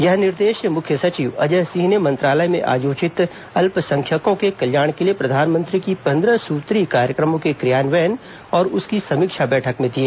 यह निर्देश मुख्य सचिव अजय सिंह ने मंत्रालय में आयोजित अल्पसंख्यकों के कल्याण के लिए प्रधानमंत्री की पंद्रह सूत्रीय कार्यक्रमों के क्रियान्वयन औरं उसकी समीक्षा बैठक में दिए